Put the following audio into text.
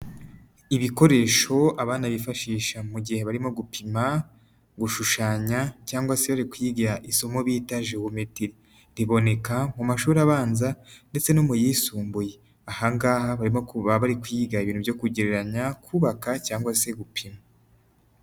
Ibikoresho abana bifashisha mu gihe barimo gupima, gushushanya cyangwa se bari kwiga isomo bita gewometiri, riboneka mu mashuri abanza ndetse no mu yisumbuye, aha ngaha baba bari kwiga ibintu byo kugereranya, kubaka cyangwa se gupima.